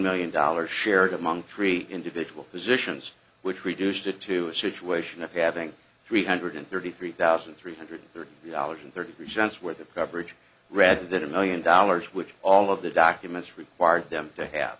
million dollars shared among three individual positions which reduced it to a situation of having three hundred thirty three thousand three hundred thirty dollars and thirty three cents worth of coverage rather than a million dollars which all of the documents required them to